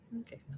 Okay